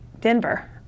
denver